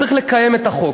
צריך לקיים את החוק.